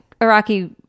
Iraqi